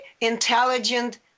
intelligent